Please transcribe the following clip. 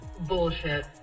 Bullshit